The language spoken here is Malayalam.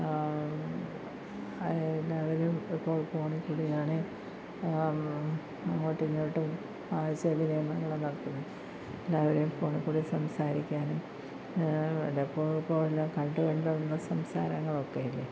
എല്ലാവരും ഇപ്പോൾ ഫോണിൽ കൂടിയാണ് അങ്ങോട്ടു മിങ്ങോട്ടും ആശയവിനിമയങ്ങൾ നടത്തുന്നത് എല്ലാവരും ഫോണിൽ കൂടി സംസാരിക്കാനും ഇപ്പോൾ ഇപ്പോല്ലാം കണ്ടുകൊണ്ടുള്ള സംസാരങ്ങളൊക്കെയല്ലേ